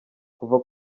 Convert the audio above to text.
kuva